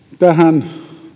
tähän